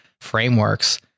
frameworks